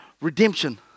redemption